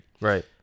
Right